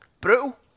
Brutal